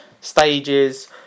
stages